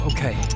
Okay